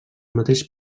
mateix